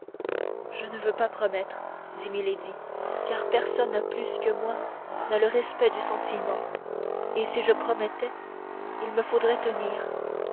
je ne veux pas promettre dit milady car personne plus que moi n'a le respect du serment et si je promettais il me faudrait tenir